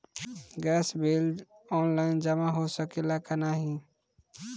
Gas bill online जमा हो सकेला का नाहीं?